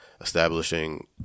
establishing